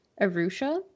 Arusha